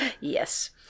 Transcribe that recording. Yes